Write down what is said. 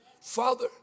Father